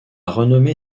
renommée